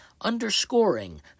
underscoring